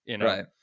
right